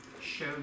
show